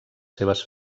seves